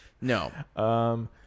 No